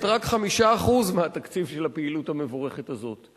רק 5% מהתקציב של הפעילות המבורכת הזאת.